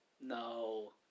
No